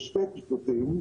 במהלך הדיון.